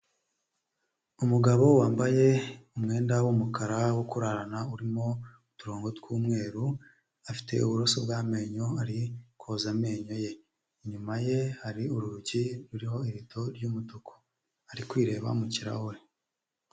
Umugabo wambaye umwenda w'umukara, wo kurarana urimo uturongo tw'umweru, afite uburoso bw'amenyo, ari koza amenyo ye. Inyuma ye hari urugi ruriho irido ry'umutuku. Ari kwireba mu kirahure.